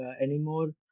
anymore